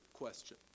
question